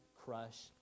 crush